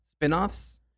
spinoffs